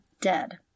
dead